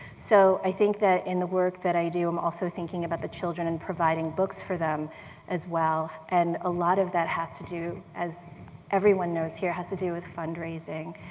so i think that, in the work that i do, i'm also thinking about the children, and providing books for them as well. and a lot of that has to do, as everyone knows here has to do with fundraising.